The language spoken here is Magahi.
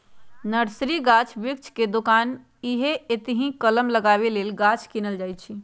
नर्सरी गाछ वृक्ष के दोकान हइ एतहीसे कलम लगाबे लेल गाछ किनल जाइ छइ